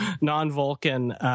non-Vulcan